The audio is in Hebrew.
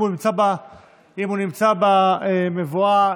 אם הוא נמצא במבואה,